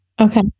Okay